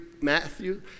Matthew